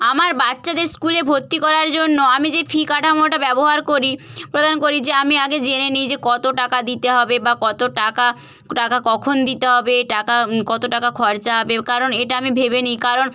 আমার বাচ্চাদের স্কুলে ভর্তি করার জন্য আমি যে ফি কাঠামোটা ব্যবহার করি প্রদান করি যে আমি আগে জেনে নিই যে কত টাকা দিতে হবে বা কত টাকা টাকা কখন দিতে হবে টাকা কত টাকা খরচা হবে কারণ এটা আমি ভেবে নিই কারণ